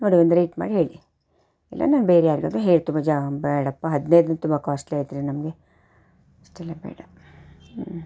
ನೋಡಿ ಒಂದು ರೇಟ್ ಮಾಡಿ ಹೇಳಿ ಇಲ್ಲಾಂದರೆ ನಾನು ಬೇರೆ ಯಾರಿಗಾದ್ರು ಹೇಳ್ತ್ ಬೇಡಪ್ಪ ಹದಿನೈದು ತುಂಬ ಕಾಸ್ಟ್ಲಿ ಆಯ್ತುರೀ ನಮಗೆ ಅಷ್ಟೆಲ್ಲ ಬೇಡ ಹ್ಞೂ